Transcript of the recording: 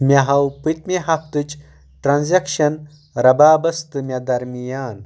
مےٚ ہاو پٔتمہِ ہفتٕچ ٹرانزیکشن رَبابس تہٕ مےٚ درمیان